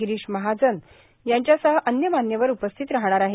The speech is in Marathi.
गिरीश महाजन यांच्यासह अन्य मान्यवर उपस्थित राहणार आहेत